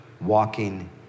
walking